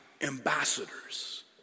ambassadors